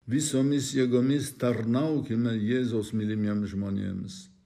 visomis jėgomis tarnaukime jėzaus mylimiems žmonėms